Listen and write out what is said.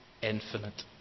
infinite